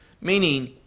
meaning